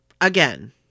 Again